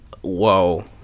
whoa